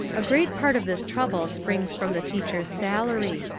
a great part of this trouble springs from the teacher's salary.